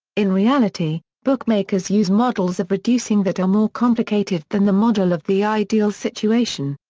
in reality, bookmakers use models of reducing that are more complicated than the model of the ideal situation.